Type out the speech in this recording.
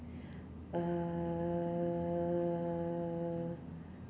err